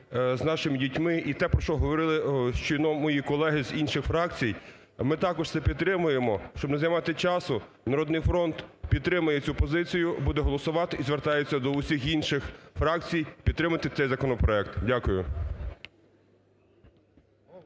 з нашими дітьми і те, про що говорили щойно мої колеги з інших фракцій, ми також це підтримуємо. Щоб не займати часу: "Народний фронт" підтримає цю позицію, буде голосувати і звертається до усіх інших фракцій підтримати цей законопроект. Дякую.